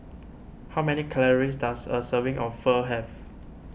how many calories does a serving of Pho have